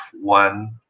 one